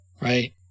right